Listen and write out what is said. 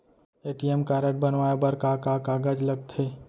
ATM card बनवाये बर का का कागज लगथे?